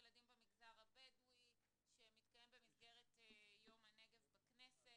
ילדים במגזר הבדואי שמתקיים במסגרת יום הנגב בכנסת.